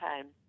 time